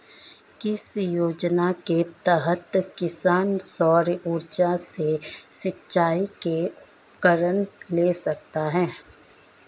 किस योजना के तहत किसान सौर ऊर्जा से सिंचाई के उपकरण ले सकता है?